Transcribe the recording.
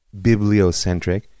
bibliocentric